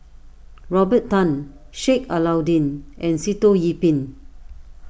Robert Tan Sheik Alau'ddin and Sitoh Yih Pin